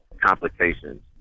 complications